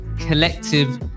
collective